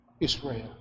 Israel